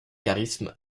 charisme